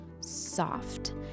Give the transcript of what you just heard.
soft